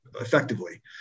effectively